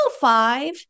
five